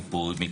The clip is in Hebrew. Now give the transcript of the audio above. כן.